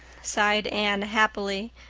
sighed anne happily,